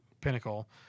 Pinnacle